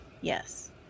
yes